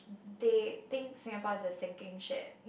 they think Singapore is a sinking ship